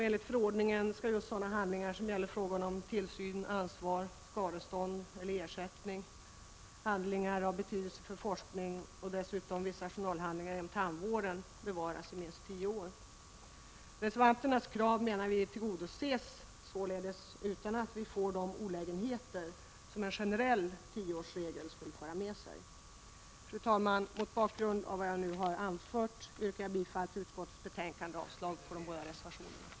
Enligt förordningen skall just handlingar som gäller tillsyn, ansvar, skadestånd eller ersättning samt handlingar av betydelse för forskningen och dessutom vissa journalhandlingar inom tandvården bevaras i minst tio år. Med detta menar vi att reservanternas krav tillgodoses, utan att vi får de olägenheter som ett generellt bevarande i tio år skulle föra med sig. Fru talman! Mot bakgrund av vad jag anfört yrkar jag bifall till utskottets hemställan och avslag på de båda reservationerna.